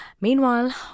Meanwhile